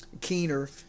Keener